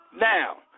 now